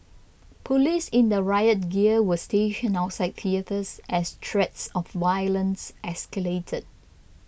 police in the riot gear were stationed outside theatres as threats of violence escalated